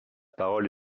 parole